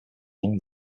along